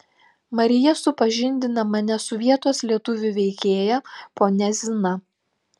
marija supažindina mane su vietos lietuvių veikėja ponia zina